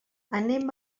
anem